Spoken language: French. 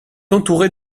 entourée